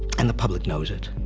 and the public knows it.